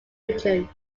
region